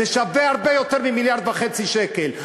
זה שווה הרבה יותר ממיליארד וחצי שקל.